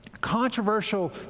Controversial